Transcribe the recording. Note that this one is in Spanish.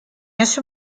ese